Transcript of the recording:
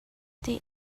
they